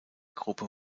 gruppe